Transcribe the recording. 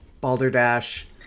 balderdash